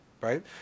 right